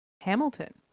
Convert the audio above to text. Hamilton